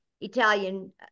Italian